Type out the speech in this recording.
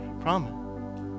promise